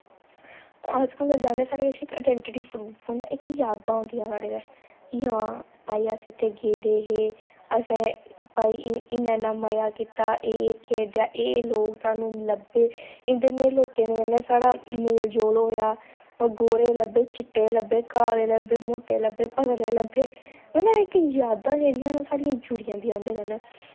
अस कुतै जन्ने साढ़े कोल इक अडैंटडी प्रूफ होंदा इक यादां होंदियां साढ़े कश कि हां भाई अस इत्थें गेदे हे असें भाई एह् इ'न्ना इ'न्ना मज़ा कीता एह् एह् खेढेआ एह् एह् लोग सानू लब्भे इं'दे नेह् लोकें कन्नै साढ़ा मेलजोल होएआ ओह् गोरे लब्भे चिट्टे लब्भे काले लब्भे मोटे लब्भे पतले लब्भे मतलब इक यादां जेह्ड़ियां न ओह् साढ़ियां जुड़ी जंदियां उंदे कन्नै